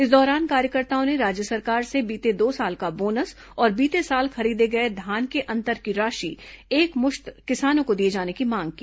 इस दौरान कार्यकर्ताओं ने राज्य सरकार से बीते दो साल का बोनस और बीते साल खरीदे गए धान के अंतर की राशि एकमुश्त किसानों को दिए जाने की मांग की